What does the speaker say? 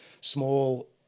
small